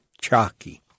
chalky